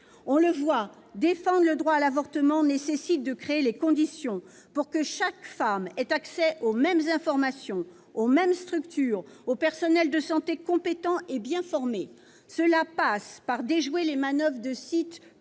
On le voit, pour défendre le droit à l'avortement, il est nécessaire de créer les conditions pour que chaque femme ait accès aux mêmes informations, aux mêmes structures, aux personnels de santé compétents et bien formés. En conséquence, il faut déjouer les manoeuvres de sites peu